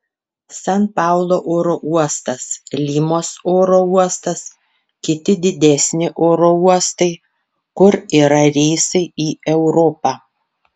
san paulo oro uostas limos oro uostas kiti didesni oro uostai kur yra reisai į europą